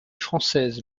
françaises